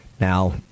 Now